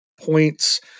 points